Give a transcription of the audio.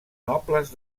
nobles